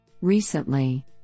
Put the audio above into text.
Recently